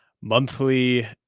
monthly